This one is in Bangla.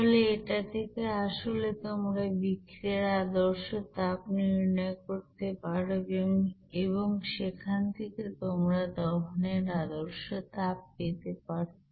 তাহলে এটা থেকে আসলে তোমরা বিক্রিয়ার আদর্শ তাপ নির্ণয় করতে পারো এবং সেখান থেকে তোমরা দহন এর আদর্শ তাপ পেতে পারে